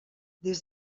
des